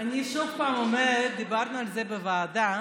אני שוב פעם אומרת, דיברנו על זה בוועדה,